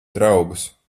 draugus